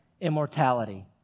immortality